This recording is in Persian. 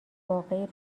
واقعی